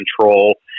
control